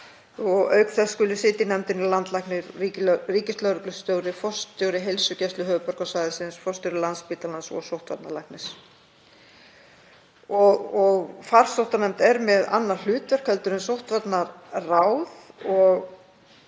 og auk þess skuli sitja í nefndinni landlæknir, ríkislögreglustjóri, forstjóri Heilsugæslu höfuðborgarsvæðisins, forstjóri Landspítalans og sóttvarnalæknir. Farsóttanefnd er með annað hlutverk en sóttvarnaráð